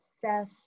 Seth